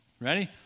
Ready